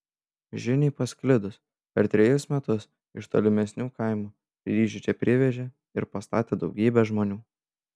žiniai pasklidus per trejus metus iš tolimesnių kaimų kryžių čia privežė ir pastatė daugybė žmonių